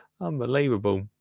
Unbelievable